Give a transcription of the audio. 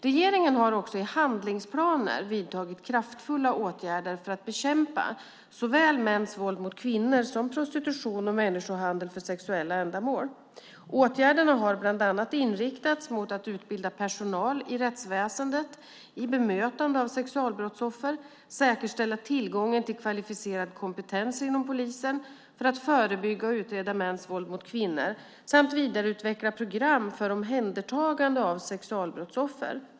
Regeringen har också i handlingsplaner vidtagit kraftfulla åtgärder för att bekämpa såväl mäns våld mot kvinnor som prostitution och människohandel för sexuella ändamål. Åtgärderna har bland annat inriktats mot att utbilda personal inom rättsväsendet i bemötandet av sexualbrottsoffer, säkerställa tillgången till kvalificerad kompetens inom polisen för att förebygga och utreda mäns våld mot kvinnor samt vidareutveckla program för omhändertagande av sexualbrottsoffer.